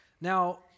Now